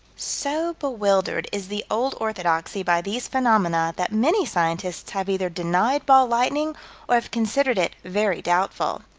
so bewildered is the old orthodoxy by these phenomena that many scientists have either denied ball lightning or have considered it very doubtful.